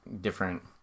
different